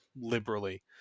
liberally